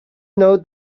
know